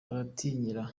baratinyira